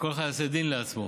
שכל אחד יעשה דין לעצמו.